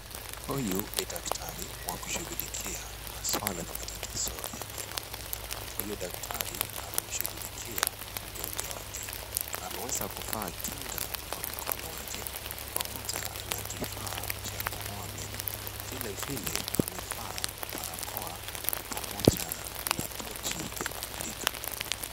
Huyu ni daktari wa kushughulikia maswala na matatizo ya meno. Huyu daktari anamshughulikia mgonjwa wake. Ameweza kuvaa kinga kwa mkono wake pamoja na kifaa cha kung'oa meno. Vilevile, amevaa barakoa pamoja na tochi ya kumulika.